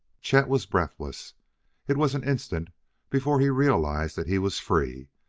chet was breathless it was an instant before he realized that he was free,